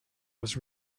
was